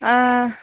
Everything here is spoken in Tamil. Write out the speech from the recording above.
ஆ